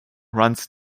runs